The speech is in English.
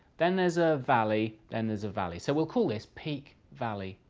then there's a valley, then there's a valley. so we'll call this peak, valley,